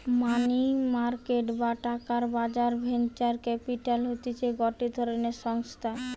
মানি market বা টাকার বাজার ভেঞ্চার ক্যাপিটাল হতিছে গটে ধরণের সংস্থা